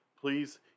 please